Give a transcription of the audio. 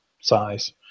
size